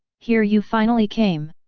here you finally came.